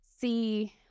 see